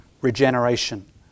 regeneration